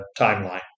timeline